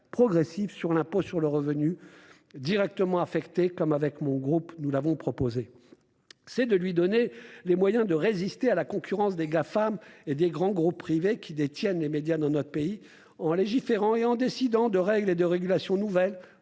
progressive sur l'impôt sur le revenu, directement affectée, comme mon groupe l'avait proposé. Il faut en effet lui donner les moyens de résister à la concurrence des Gafam et des grands groupes privés qui détiennent les médias dans notre pays, en légiférant et en décidant de règles et de régulations nouvelles,